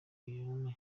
guillaume